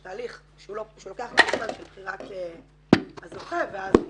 תהליך שלוקח --- של בחירת הזוכה ואז התארגנות.